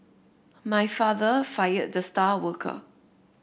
my father fired the star worker